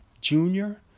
Junior